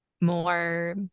more